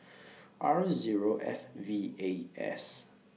R Zero F V A S